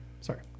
Sorry